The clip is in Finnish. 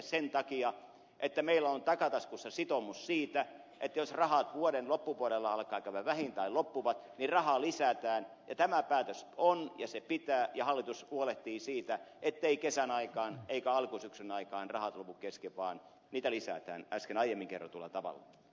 sen takia että meillä on takataskussa sitoumus siitä että jos rahat vuoden loppupuolella alkavat käydä vähiin tai loppuvat niin rahaa lisätään ja tämä päätös on ja se pitää ja hallitus huolehtii siitä etteivät kesän aikaan eikä alkusyksyn aikaan rahat lopu kesken vaan niitä lisätään äsken aiemmin kerrotulla tavalla